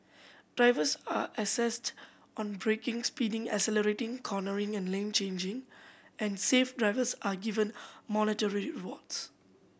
drivers are assessed on braking speeding accelerating cornering and lane changing and safe drivers are given monetary rewards